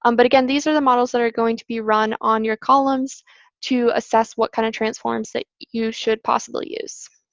um but again, these are the models that are going to be run on your columns to assess what kind of transforms that you should possibly use.